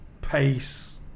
pace